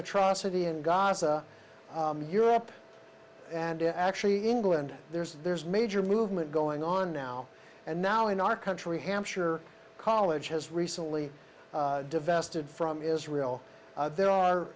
atrocity in gaza to europe and to actually england there's there's major movement going on now and now in our country hampshire college has recently divest it from israel there are